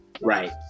Right